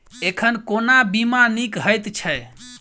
एखन कोना बीमा नीक हएत छै?